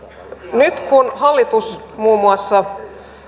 nyt kun hallitus muun muassa